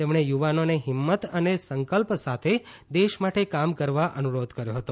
તેમણે યુવાનોને હિંમત અને સંકલ્પ સાથે દેશ માટે કામ કરવા અનુરોધ કર્યો હતો